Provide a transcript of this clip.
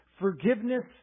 Forgiveness